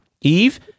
Eve